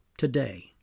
today